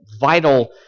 vital